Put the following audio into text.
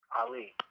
Ali